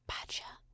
Badger